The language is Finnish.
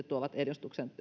tuovat